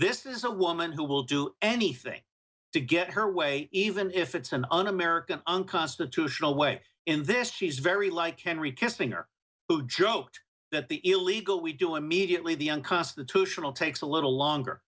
this is a woman who will do anything to get her way even if it's an un american unconstitutional way in this she's very like henry casting her who joked that the illegal we do immediately the unconstitutional takes a little